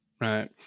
right